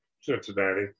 Cincinnati